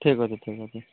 ଠିକ୍ ଅଛି ଠିକ୍ ଅଛି